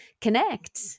connect